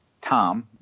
Tom